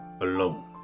alone